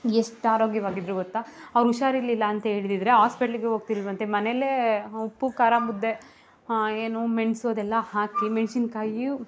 ಎಷ್ಟು ಆರೋಗ್ಯವಾಗಿದ್ದರು ಗೊತ್ತಾ ಅವ್ರು ಹುಷಾರಿರಲಿಲ್ಲ ಅಂತ ಹೇಳಿದ್ದಿದ್ರೆ ಆಸ್ಪಿಟಲ್ಗೆ ಹೋಗ್ತಿರಲಿಲ್ವಂತೆ ಮನೆಲೇ ಉಪ್ಪು ಖಾರ ಮುದ್ದೆ ಏನು ಮೆಣಸು ಅದೆಲ್ಲ ಹಾಕಿ ಮೆಣಸಿನ್ಕಾಯಿಯು